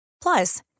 Plus